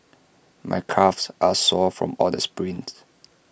my calves are sore from all the sprints